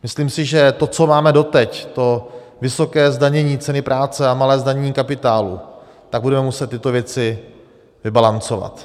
Myslím si, že to, co máme doteď, to vysoké zdanění ceny práce a malé zdanění kapitálu, tak budeme muset tyto věci vybalancovat.